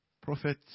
Prophet